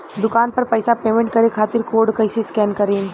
दूकान पर पैसा पेमेंट करे खातिर कोड कैसे स्कैन करेम?